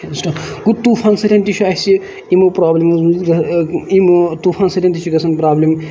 گوٚو طوفان سۭتۍ تہِ چھُ اَسہِ یِمو پروبلِمو یِم طوٗفان سۭتۍ تہِ چھِ گژھان پروبلِم